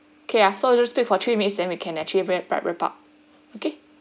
okay ah so we speak for three minutes then we can actually break and then wrap up okay